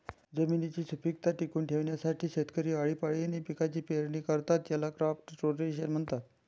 जमिनीची सुपीकता टिकवून ठेवण्यासाठी शेतकरी आळीपाळीने पिकांची पेरणी करतात, याला क्रॉप रोटेशन म्हणतात